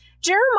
Jeremiah